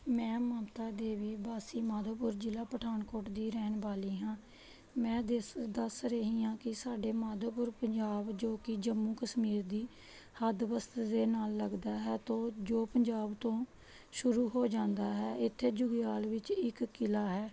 ਮੈਂ ਮਮਤਾ ਦੇਵੀ ਵਾਸੀ ਮਾਧੋਪੁਰ ਜ਼ਿਲ੍ਹਾ ਪਠਾਨਕੋਟ ਦੀ ਰਹਿਣ ਵਾਲੀ ਹਾਂ ਮੈਂ ਦਿਸ ਦੱਸ ਰਹੀ ਹਾਂ ਕਿ ਸਾਡੇ ਮਾਧੋਪੁਰ ਪੰਜਾਬ ਜੋ ਕਿ ਜੰਮੂ ਕਸ਼ਮੀਰ ਦੀ ਹੱਦਬਸਤ ਦੇ ਨਾਲ ਲੱਗਦਾ ਹੈ ਤੋ ਜੋ ਪੰਜਾਬ ਤੋਂ ਸ਼ੁਰੂ ਹੋ ਜਾਂਦਾ ਹੈ ਇੱਥੇ ਜੁਗਿਆਲ ਵਿੱਚ ਇੱਕ ਕਿਲ੍ਹਾ ਹੈ